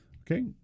Okay